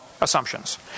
assumptions